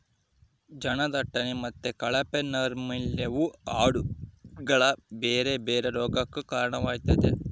ಜನದಟ್ಟಣೆ ಮತ್ತೆ ಕಳಪೆ ನೈರ್ಮಲ್ಯವು ಆಡುಗಳ ಬೇರೆ ಬೇರೆ ರೋಗಗಕ್ಕ ಕಾರಣವಾಗ್ತತೆ